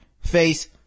face